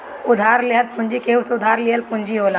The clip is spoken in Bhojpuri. उधार लेहल पूंजी केहू से उधार लिहल पूंजी होला